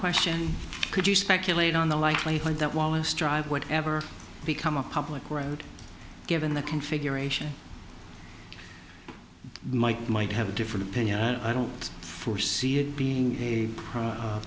question could you speculate on the likelihood that wallace drive would ever become a public road given the configuration might might have a different opinion i don't foresee it being a